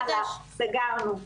יאללה, סגרנו.